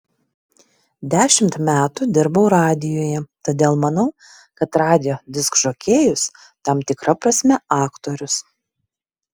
dešimt metų dirbau radijuje todėl manau kad radijo diskžokėjus tam tikra prasme aktorius